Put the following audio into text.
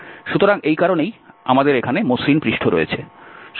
সুতরাং এই কারণেই আমাদের এখানে মসৃণ পৃষ্ঠ রয়েছে